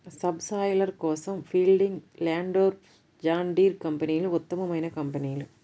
sub soiler కోసం Fieldking, Landforce, John Deere కంపెనీలు ఉత్తమమైన కంపెనీలు